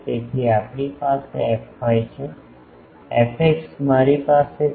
તેથી આપણી પાસે fy છે fx મારી પાસે છે